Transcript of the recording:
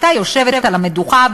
הייתה יושבת על המדוכה,